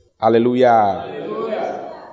Hallelujah